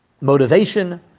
motivation